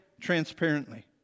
transparently